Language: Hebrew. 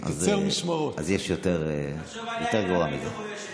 אז יש יותר גרוע מזה.